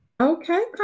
okay